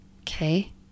okay